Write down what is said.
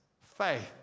faith